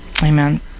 Amen